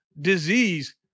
disease